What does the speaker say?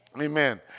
Amen